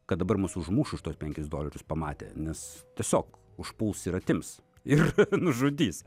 kad dabar mus užmuš už tuos penkis dolerius pamatę nes tiesiog užpuls ir atims ir nužudys